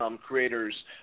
creators